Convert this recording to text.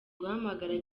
guhamagara